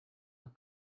nach